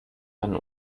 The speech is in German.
einen